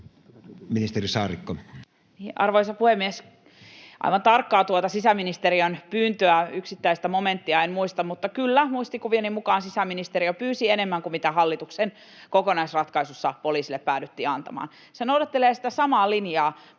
Content: Arvoisa puhemies! Aivan tarkkaan tuota sisäministeriön pyyntöä, yksittäistä momenttia, en muista, mutta kyllä, muistikuvieni mukaan sisäministeriö pyysi enemmän kuin mitä hallituksen kokonaisratkaisussa poliisille päädyttiin antamaan. Se noudattelee sitä samaa linjaa.